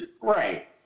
Right